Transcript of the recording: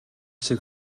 шиг